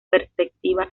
perspectiva